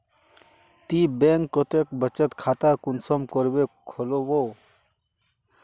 ती बैंक कतेक बचत खाता कुंसम करे खोलबो?